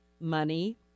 money